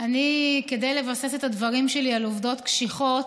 כדי לבסס את הדברים שלי על עובדות קשיחות,